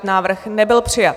Návrh nebyl přijat.